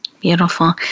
Beautiful